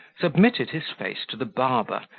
submitted his face to the barber,